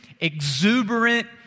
exuberant